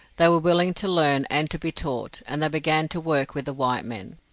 they were willing to learn and to be taught, and they began to work with the white men.